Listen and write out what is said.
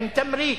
עם תמריץ,